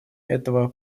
этого